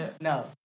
No